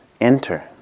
enter